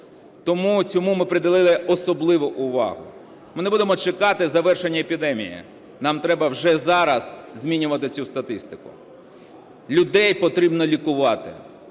Тому цьому ми приділили особливу увагу. Ми не будемо чекати завершення епідемії. Нам треба вже зараз змінювати цю статистику. Людей потрібно лікувати.